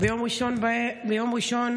ביום ראשון,